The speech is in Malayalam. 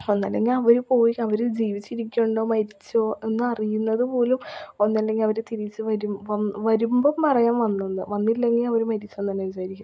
ഒന്നുമില്ലെങ്കിൽ അവർ പോയി അവർ ജീവിച്ചിരിക്കുന്നുണ്ടോ മരിച്ചോ എന്ന് അറിയുന്നതു പോലും ഒനുമല്ലെങ്കിൽ അവർ തിരിച്ച് വരുമ്പം വരുമ്പം പറയാം വന്നു എന്ന് വന്നില്ലെങ്കിൽ അവർ മരിച്ചെന്ന് തന്നെ വിചാരിക്കും